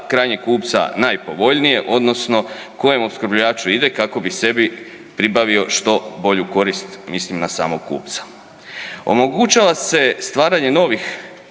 krajnje kupca najpovoljnije odnosno kojem opskrbljivaču ide kako bi sebi pribavio što bolju korist, mislim na samog kupca. Omogućava se stvaranje novih